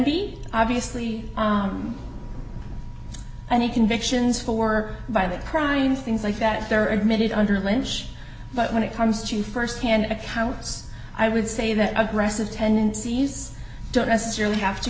be obviously any convictions for by the crime things like that they're admitted under lynch but when it comes to firsthand accounts i would say that aggressive tendencies don't necessarily have to